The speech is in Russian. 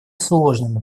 сложными